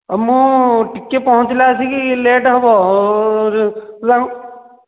ମୁଁ ଟିକେ ପହଁଞ୍ଚିଲା ଏଠିକି ଲେଟ୍ ହେବ